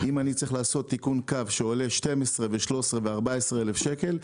אם אני צריך לעשות תיקון קו שעולה 12 ו-13 ו-14 אלף שקל,